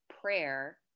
prayer